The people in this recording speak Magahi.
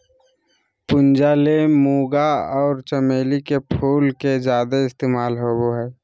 पूजा ले मूंगा आर चमेली के फूल के ज्यादे इस्तमाल होबय हय